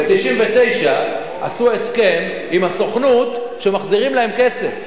ב-1999 עשו הסכם עם הסוכנות שמחזירים להם כסף.